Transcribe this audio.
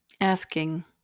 asking